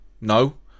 No